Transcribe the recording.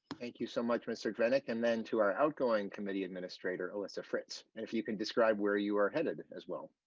thank you so much mister clinic and then to our outgoing committee administrator lisa for its and if you can describe where you are headed as well.